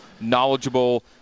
knowledgeable